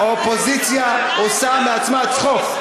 האופוזיציה עושה מעצמה צחוק.